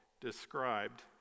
described